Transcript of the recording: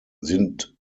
sind